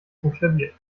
buchstabiert